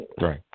Right